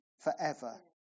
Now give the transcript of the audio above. forever